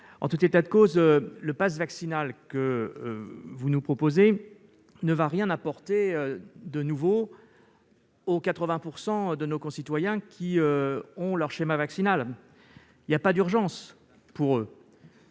En tout état de cause, le passe vaccinal que vous nous proposez ne va rien apporter de nouveau aux 80 % de nos concitoyens ayant un schéma vaccinal complet- pour eux,